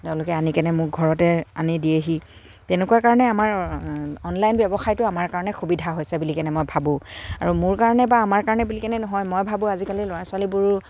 তেওঁলোকে আনি কেনে মোক ঘৰতে আনি দিয়েহি তেনেকুৱা কাৰণে আমাৰ অনলাইন ব্যৱসায়টো আমাৰ কাৰণে সুবিধা হৈছে বুলি কেনে মই ভাবোঁ আৰু মোৰ কাৰণে বা আমাৰ কাৰণে বুলি কেনে নহয় মই ভাবোঁ আজিকালি ল'ৰা ছোৱালীবোৰো